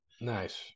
Nice